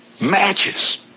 Matches